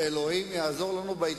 יולי, אני רוצה קצת היסטוריה על תנועת